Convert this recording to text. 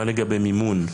מה לגבי מימון?